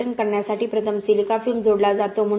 विघटन करण्यासाठी प्रथम सिलिका फ्यूम जोडला जातो